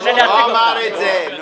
הוא לא אמר את זה.